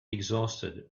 exhausted